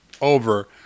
over